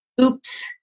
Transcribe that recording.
oops